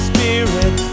Spirit